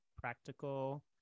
practical